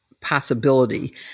possibility